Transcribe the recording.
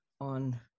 on